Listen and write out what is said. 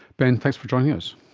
ben, thanks for joining us.